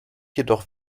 jedoch